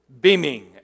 beaming